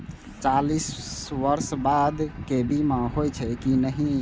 चालीस बर्ष बाला के बीमा होई छै कि नहिं?